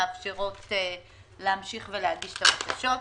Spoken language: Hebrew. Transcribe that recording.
מאפשרות להמשיך להגיש את הבקשה.